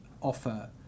offer